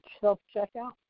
self-checkout